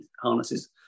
harnesses